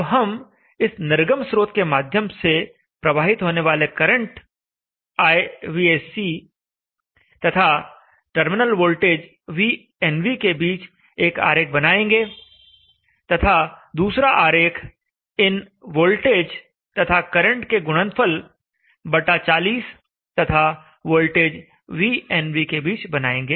तो हम इस निर्गम स्रोत के माध्यम से प्रवाहित होने वाले करंट i तथा टर्मिनल वोल्टेज v के बीच एक आरेख बनाएंगे तथा दूसरा आरेख इन वोल्टेज तथा करंट के गुणनफल बटा 40 तथा वोल्टेज v के बीच बनाएंगे